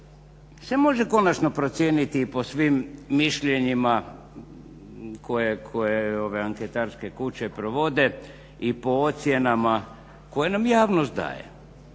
se može konačno procijeniti i po svim mišljenjima koje ove anketarske kuće provode i po ocjenama koje nam javnost daje.